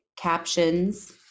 captions